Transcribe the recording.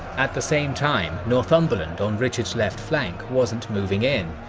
at the same time, northumberland on richard's left flank wasn't moving in,